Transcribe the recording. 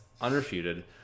unrefuted